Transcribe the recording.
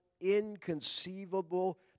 inconceivable